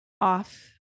off